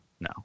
No